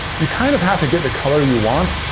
you kind of have to get the color you want,